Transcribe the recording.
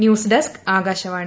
news desk Akashvani